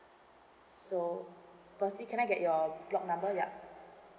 so firstly can I get your block number yup